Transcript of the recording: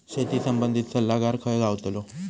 शेती संबंधित सल्लागार खय गावतलो?